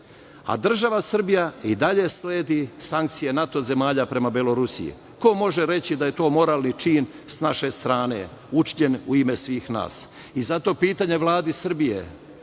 a država Srbija i dalje sledi sankcije NATO zemalja prema Belorusiji. Ko može reći da je to moralni čin s naše strane učinjen od svih nas? Pitanje Vladi Srbije